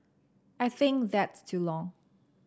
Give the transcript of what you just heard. I think that's too long